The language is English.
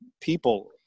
people